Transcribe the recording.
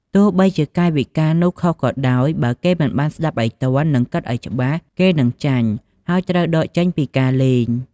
ទោះបីជាកាយវិការនោះខុសក៏ដោយ បើគេមិនបានស្ដាប់ឱ្យទាន់ និងគិតឱ្យច្បាស់ គេនឹងចាញ់ ហើយត្រូវដកចេញពីការលេង។